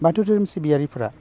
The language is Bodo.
बाथौ धोरोम सिबियारिफोरा